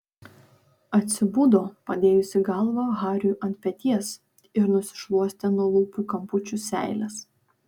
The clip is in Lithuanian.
atsibudo padėjusi galvą hariui ant peties ir nusišluostė nuo lūpų kampučių seiles